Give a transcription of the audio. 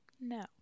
No